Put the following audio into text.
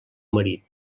marit